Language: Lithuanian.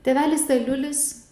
tėvelis aliulis